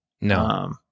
No